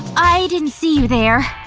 i didn't see you there!